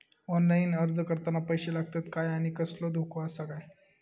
Online अर्ज करताना पैशे लागतत काय आनी कसलो धोको आसा काय?